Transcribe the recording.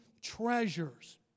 treasures